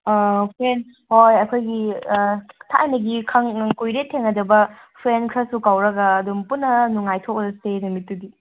friend ꯍꯣꯏ ꯑꯩꯈꯣꯏꯒꯤ ꯊꯥꯏꯅꯒꯤ ꯀꯨꯏꯔꯦ ꯊꯦꯡꯅꯗꯕ ꯐ꯭ꯔꯦꯟ ꯈꯔꯁꯨ ꯀꯧꯔꯒ ꯑꯗꯨꯝ ꯄꯨꯟꯅ ꯅꯨꯡꯉꯥꯏꯊꯣꯛꯎꯔꯁꯦ ꯅꯨꯃꯤꯠꯇꯨꯗꯤ